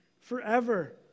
forever